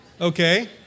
Okay